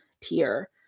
tier